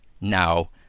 now